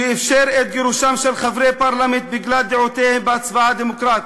שאִפשר את גירושם של חברי פרלמנט בגלל דעותיהם בהצבעה דמוקרטית.